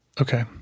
Okay